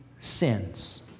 sins